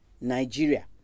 Nigeria